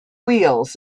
wheels